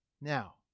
Now